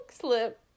slip